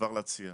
וכבר להצהיר,